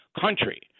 country